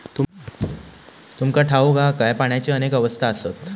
तुमका ठाऊक हा काय, पाण्याची अनेक अवस्था आसत?